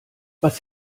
was